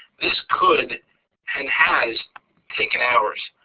this could and has taken hours.